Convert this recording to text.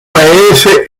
paese